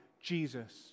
Jesus